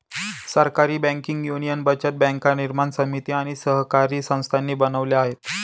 सहकारी banking union बचत बँका निर्माण समिती आणि सहकारी संस्थांनी बनवल्या आहेत